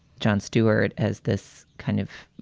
jon stewart has this kind of